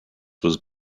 was